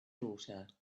daughter